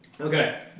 Okay